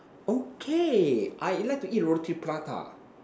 okay I like to eat roti prata